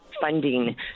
funding